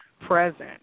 present